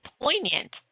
poignant